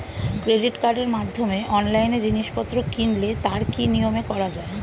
Credit কার্ডের মাধ্যমে অনলাইনে জিনিসপত্র কিনলে তার কি নিয়মে করা যায়?